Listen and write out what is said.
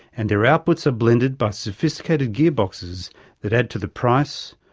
and their outputs are blended by sophisticated gearboxes that add to the price,